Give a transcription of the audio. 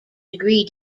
degree